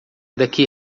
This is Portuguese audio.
daqui